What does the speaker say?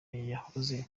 yakoze